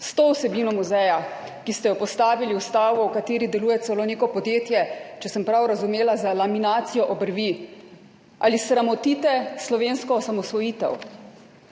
s to vsebino muzeja, ki ste jo postavili v stavbo, v kateri deluje celo neko podjetje, če sem prav razumela, za laminacijo obrvi. Ali sramotite slovensko osamosvojitev?